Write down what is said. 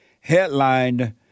headlined